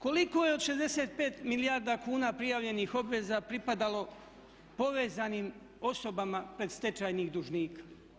Koliko je od 65 milijarda kuna prijavljenih obveza pripadalo povezanim osobama predstečajnih dužnika?